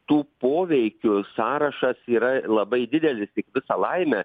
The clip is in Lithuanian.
tų poveikių sąrašas yra labai didelis tik visa laimė